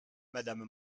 madame